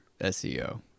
SEO